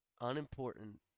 unimportant